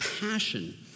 passion